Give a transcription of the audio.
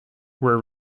were